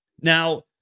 Now